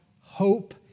hope